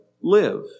live